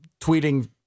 tweeting